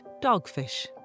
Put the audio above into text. dogfish